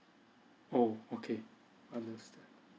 oh okay understand